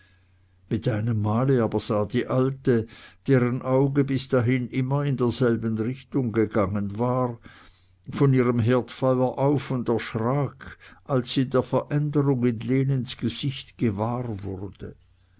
mit einem mal aber sah die alte deren auge bis dahin immer in derselben richtung gegangen war von ihrem herdfeuer auf und erschrak als sie der veränderung in lenens gesicht gewahr wurde